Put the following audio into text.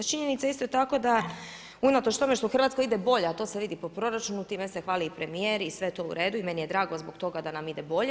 Činjenica je isto tako da unatoč tome što Hrvatskoj ide bolje, a to se vidi po proračunu, time se hvali i premijer i sve je to u redu i meni je drago zbog toga da nam ide bolje.